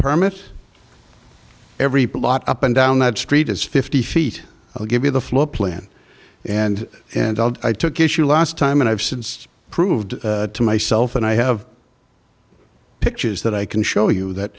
permit every plot up and down that street is fifty feet i'll give you the floor plan and and i took issue last time and i've since proved to myself and i have pictures that i can show you that